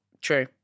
True